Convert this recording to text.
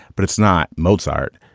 but it's not mozart.